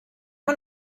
man